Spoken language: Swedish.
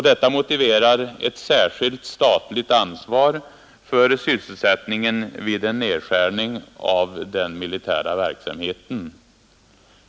Detta motiverar ett särskilt statligt ansvar för sysselsättningen vid en nedskärning av den militära verksamheten.